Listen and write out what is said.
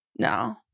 No